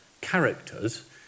characters